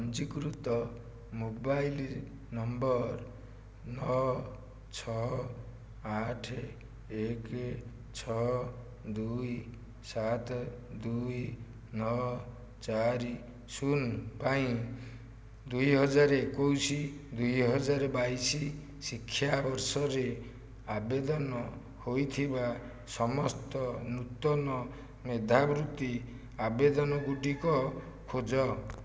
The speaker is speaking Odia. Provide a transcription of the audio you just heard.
ପଞ୍ଜୀକୃତ ମୋବାଇଲ୍ ନମ୍ବର୍ ନଅ ଛଅ ଆଠେ ଏକେ ଛଅ ଦୁଇ ସାତେ ଦୁଇ ନଅ ଚାରି ଶୂନ ପାଇଁ ଦୁଇ ହଜାର ଏକୋଇଶି ଦୁଇ ହଜାର ବାଇଶି ଶିକ୍ଷାବର୍ଷରେ ଆବେଦନ ହୋଇଥିବା ସମସ୍ତ ନୂତନ ମେଧାବୃତ୍ତି ଆବେଦନଗୁଡ଼ିକ ଖୋଜ